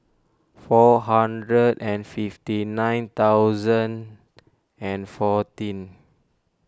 four hundred and fifty nine thousand and fourteen